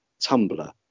Tumblr